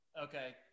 Okay